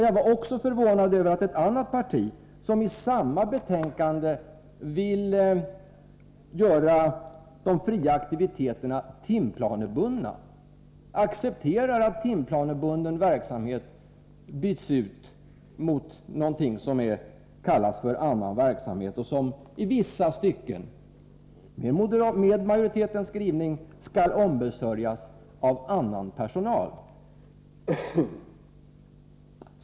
Jag är också förvånad över att ett annat parti som i samma betänkande vill göra de fria aktiviteterna timplanebundna accepterar att timplanebunden verksamhet byts ut mot någonting som kallas för annan verksamhet, och som i vissa stycken, enligt majoritetens skrivning, skall ombesörjas av annan personal.